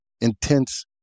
intense